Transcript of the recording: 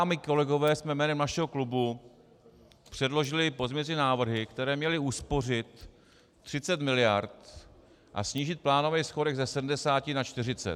Já a mí kolegové jsme jménem našeho klubu předložili pozměňovací návrhy, které měly uspořit 30 miliard a snížit plánovaný schodek ze 70 na 40.